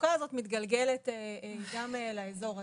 והמצוקה מתגלגלת גם לאזור הזה.